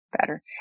better